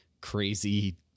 crazy